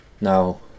now